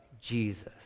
Jesus